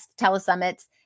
telesummits